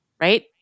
right